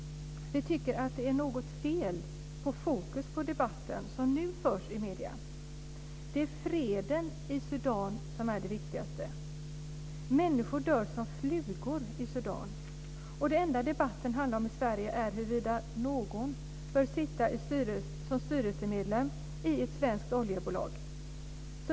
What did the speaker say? Det är freden i Sudan som är det viktigaste. Människor dör som flugor i Sudan, och det enda debatten handlar om i Sverige är huruvida någon får sitta som styrelsemedlem i ett svenskt oljebolag.